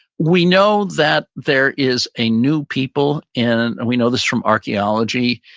we know that there is a new people in, and we know this from archeology,